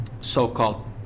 so-called